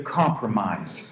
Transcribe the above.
compromise